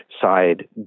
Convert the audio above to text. side